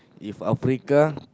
if Africa